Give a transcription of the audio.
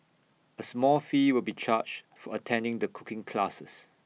A small fee will be charged for attending the cooking classes